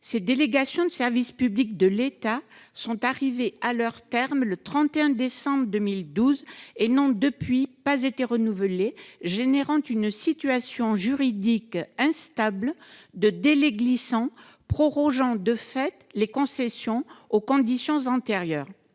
Ces délégations de service public de l'État sont arrivées à leur terme le 31 décembre 2012. Depuis, elles n'ont pas été renouvelées. S'ensuit une situation juridique instable de délais glissants, prorogeant de fait les concessions aux conditions antérieures.